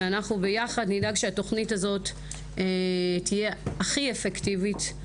ואנחנו ביחד נדאג שהתוכנית הזאת תהיה הכי אפקטיבית,